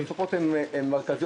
התוספות הן מרכזיות.